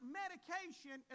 medication